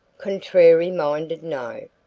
contrary minded, no.